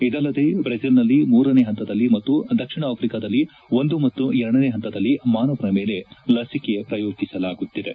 ಇದಲ್ಲದೇ ಭೈಜಿಲ್ನಲ್ಲಿ ಮೂರನೇ ಹಂತದಲ್ಲಿ ಮತ್ತು ದಕ್ಷಿಣ ಆಫ್ರಿಕಾದಲ್ಲಿ ಒಂದು ಮತ್ತು ಎರಡನೇ ಹಂತದಲ್ಲಿ ಮಾನವರ ಮೇಲೆ ಲಸಿಕೆ ಪ್ರಯೋಗಿಸಲಾಗುತ್ತಿದೆ